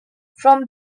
from